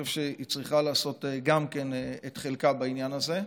צריכה לעשות את חלקה בעניין הזה.